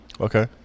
Okay